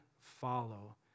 follow